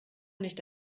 nicht